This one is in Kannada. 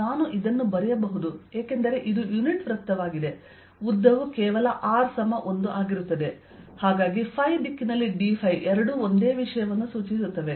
ನಾನು ಇದನ್ನು ಬರೆಯಬಹುದು ಏಕೆಂದರೆ ಇದು ಯುನಿಟ್ ವೃತ್ತವಾಗಿದೆ ಉದ್ದವು ಕೇವಲ r 1 ಆಗಿರುತ್ತದೆ ಆದ್ದರಿಂದ ϕ ದಿಕ್ಕಿನಲ್ಲಿ dϕ ಎರಡೂ ಒಂದೇ ವಿಷಯವನ್ನು ಸೂಚಿಸುತ್ತವೆ